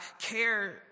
care